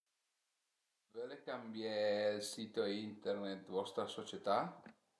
Völe cambié ël sito Internet dë vostra società?